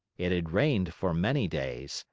it had rained for many days,